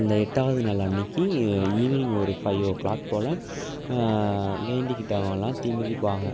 அந்த எட்டாவது நாள் அன்னைக்கு ஈவினிங் ஒரு ஃபைவ் ஓ க்ளாக் போல் வேண்டிக்கிட்டவர்கல்லாம் தீ மிதிப்பாங்க